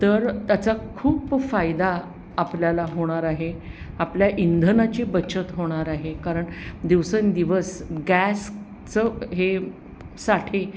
तर त्याचा खूप फायदा आपल्याला होणार आहे आपल्या इंधनाची बचत होणार आहे कारण दिवसेंदिवस गॅसचं हे साठे